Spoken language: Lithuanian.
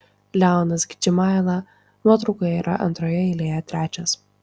leonas gžimaila nuotraukoje yra antroje eilėje trečias